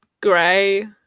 gray